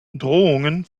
drohungen